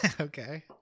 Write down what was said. Okay